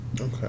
okay